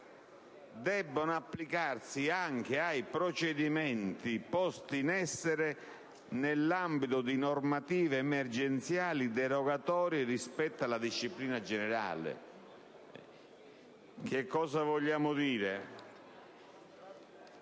debbano applicarsi anche ai procedimenti posti in essere nell'ambito di normative emergenziali derogatorie rispetto alla disciplina generale. Con questo intendiamo dire